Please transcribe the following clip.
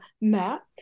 map